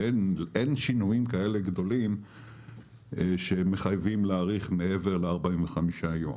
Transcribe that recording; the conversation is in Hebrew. אין שינויים כאלה גדולים שמחייבים להאריך מעבר ל-45 יום.